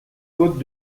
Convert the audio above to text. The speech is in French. code